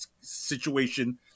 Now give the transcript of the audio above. situation